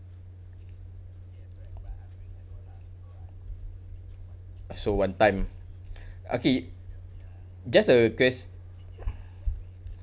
so one time okay just a ques~